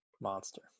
monster